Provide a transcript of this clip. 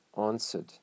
answered